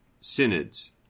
synods